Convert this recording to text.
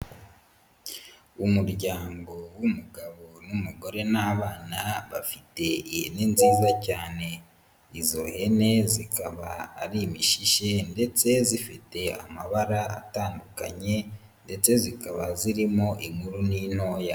Umuryango w'umugabo n'umugore n'abana bafite ihene nziza cyane. Izo hene zikaba ari imishishe ndetse zifite amabara atandukanye ndetse zikaba zirimo inkuru n'intoya.